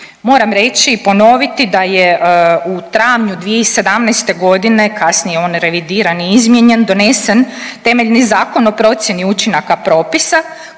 Moram reći i ponoviti da je u travnju 2017. g., kasnije, on revidiran i izmijenjen, donesen temeljni zakon o procjeni učinaka propisa